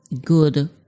good